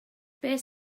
beth